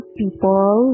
people